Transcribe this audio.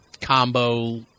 combo